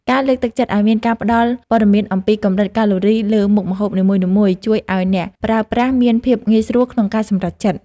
ការលើកទឹកចិត្តឲ្យមានការផ្តល់ព័ត៌មានអំពីកម្រិតកាឡូរីលើមុខម្ហូបនីមួយៗជួយឲ្យអ្នកប្រើប្រាស់មានភាពងាយស្រួលក្នុងការសម្រេចចិត្ត។